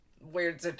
weird